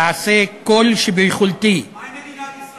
ואעשה כל שביכולתי, מה עם מדינת ישראל?